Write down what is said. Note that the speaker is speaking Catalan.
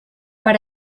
per